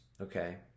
okay